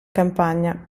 campagna